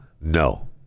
no